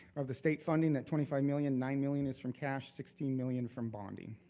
of the state funding, that twenty five million, nine million is from cash, sixteen million from bonding.